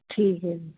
ਠੀਕ ਹੈ